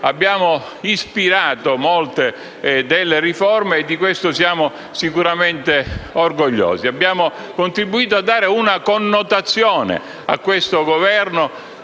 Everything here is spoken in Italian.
abbiamo ispirato molte delle riforme, e di questo siamo sicuramente orgogliosi. Abbiamo contribuito a dare una connotazione a questa